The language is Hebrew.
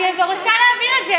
אני רוצה להעביר את זה.